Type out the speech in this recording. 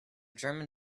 german